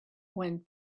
went